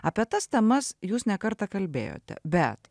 apie tas temas jūs ne kartą kalbėjote bet